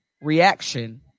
reaction